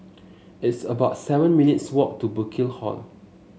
it's about seven minutes' walk to Burkill Hall